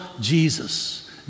Jesus